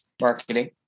marketing